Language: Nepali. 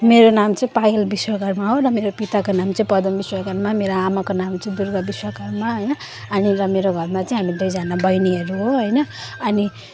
मेरो नाम चाहिँ पायल विश्वाकर्मा हो र मेरो पिताको नाम चाहिँ पदम विश्वाकर्मा मेरो आमाको नाम चाहिँ दुर्गा विश्वाकर्मा होइन अनि र मेरो घरमा चाहिँ हामी दुईजना बैनीहरू हो होइन अनि